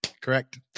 Correct